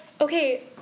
okay